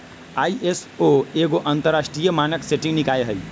ISO एगो अंतरराष्ट्रीय मानक सेटिंग निकाय हइ